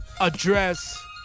address